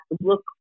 look